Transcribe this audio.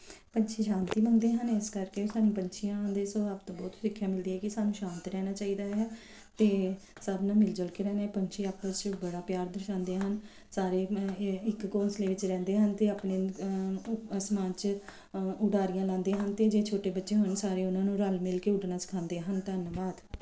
ਪੰਛੀ ਸ਼ਾਂਤੀ ਦਿੰਦੇ ਹਨ ਇਸ ਕਰਕੇ ਸਾਨੂੰ ਪੰਛੀਆਂ ਦੇ ਸੁਭਾਵ ਤੋਂ ਬਹੁਤ ਸਿੱਖਿਆ ਮਿਲਦੀ ਆ ਕੀ ਸਾਨੂੰ ਸ਼ਾਂਤ ਰਹਿਣਾ ਚਾਹੀਦਾ ਹੈ ਤੇ ਸਭ ਨਾਲ ਮਿਲ ਜੁਲ ਕੇ ਰਹਿਣੇ ਪੰਛੀ ਆਪਸ ਚ ਬੜਾ ਪਿਆਰ ਦਰਸਾਂਦੇ ਹਨ ਸਾਰੇ ਇੱਕ ਘੌਸਲੇ ਚ ਰਹਿੰਦੇ ਹਨ ਤੇ ਆਪਣੇ ਸਮਾਨ ਚ ਉਡਾਰੀਆਂ ਲਾਉਂਦੇ ਹਨ ਤੇ ਜੇ ਛੋਟੇ ਬੱਚੇ ਹਨ ਸਾਰੇ ਉਹਨਾਂ ਨੂੰ ਰਲ ਮਿਲ ਕੇ ਉੱਡਣਾ ਸਿਖਾਉਂਦੇ ਹਨ ਧੰਨਵਾਦ